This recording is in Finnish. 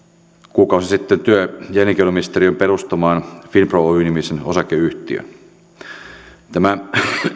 kuukausi sitten työ ja elinkeinoministeriön perustamaan finpro oy nimisen osakeyhtiön tämän